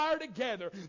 Together